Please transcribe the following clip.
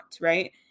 right